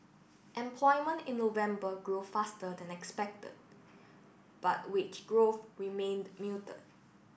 employment in November grow faster than expected but wage growth remained muted